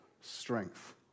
strength